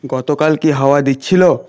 গতকাল কি হাওয়া দিচ্ছিলো